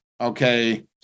okay